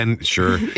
Sure